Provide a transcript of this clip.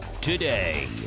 today